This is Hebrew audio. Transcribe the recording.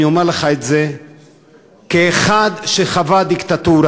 אני אומר לך את זה כאחד שחווה דיקטטורה,